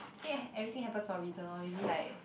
think everything happens for a reason lor maybe like